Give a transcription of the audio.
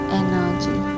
energy